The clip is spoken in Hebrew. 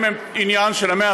גם כל העוסקים בנושא המים מצאו